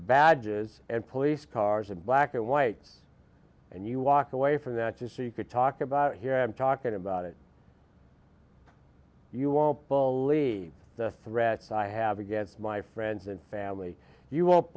badges and police cars and black and white and you walk away from that just so you could talk about here i'm talking about it you won't believe the threats i have against my friends and family you won't